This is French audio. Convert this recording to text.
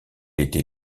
était